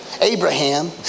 Abraham